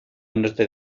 norte